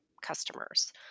customers